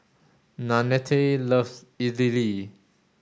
Nannette loves Idili